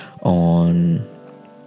on